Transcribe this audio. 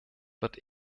wird